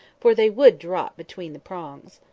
for they would drop between the prongs.